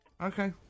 Okay